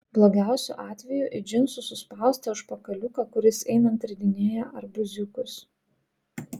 blogiausiu atveju į džinsų suspaustą užpakaliuką kuris einant ridinėja arbūziukus